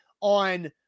on